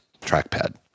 trackpad